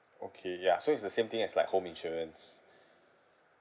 okay ya so is the same thing as like home insurance